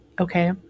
Okay